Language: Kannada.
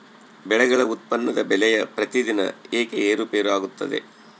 ಬೆಳೆಗಳ ಉತ್ಪನ್ನದ ಬೆಲೆಯು ಪ್ರತಿದಿನ ಏಕೆ ಏರುಪೇರು ಆಗುತ್ತದೆ?